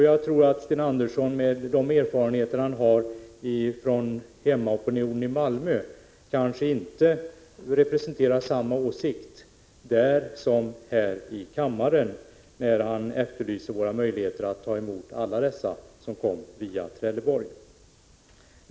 Jag tror att Sten Andersson med de erfarenheter han har från hemmaopinionen i Malmö kanske inte representerar samma åsikt där som här i kammaren, när han efterlyser våra möjligheter att ta emot alla dem som kom via Trelleborg.